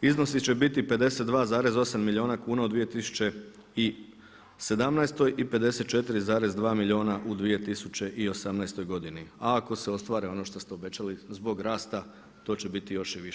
iznosi će biti 52,8 milijuna kuna u 2017. i 54,2 milijuna u 2018. godini, a ako se ostvari ono što ste obećali zbog rasta to će biti još i više.